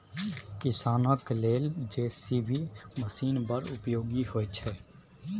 किसानक लेल JCB machine बड़ उपयोगी होइ छै